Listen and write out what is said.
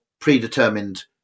Predetermined